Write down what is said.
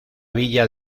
villa